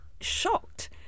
shocked